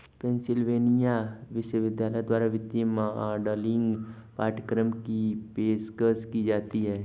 Pennsylvania विश्वविद्यालय द्वारा वित्तीय मॉडलिंग पाठ्यक्रम की पेशकश की जाती हैं